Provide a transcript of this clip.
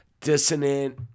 dissonant